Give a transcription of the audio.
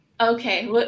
okay